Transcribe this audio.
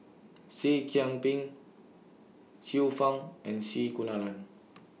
Seah Kian Peng Xiu Fang and C Kunalan